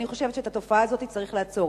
אני חושבת שאת התופעה הזאת צריך לעצור.